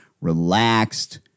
relaxed